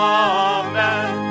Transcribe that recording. amen